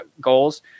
goals